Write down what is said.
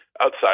outside